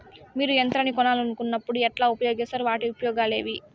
మీరు యంత్రాన్ని కొనాలన్నప్పుడు ఉన్నప్పుడు ఎట్లా ఉపయోగిస్తారు వాటి ఉపయోగాలు ఏవి?